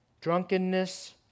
drunkenness